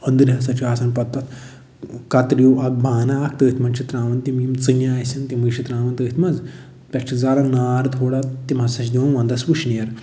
أنٛدٔرۍ ہسا چھُ آسان پَتہٕ تَتھ کَتریو اَکھ بانہٕ اَکھ تٔتھۍ منٛز چھِ ترٛاوان تِم یِم ژِنہِ آسان تِمے چھِ ترٛاوان تٔتھۍ منٛز پٮ۪ٹھٕ چھِ زالان نار تھوڑا تِم ہسا چھِ دِوان وَنٛدَس وُشنٮ۪ر